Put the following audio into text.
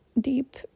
deep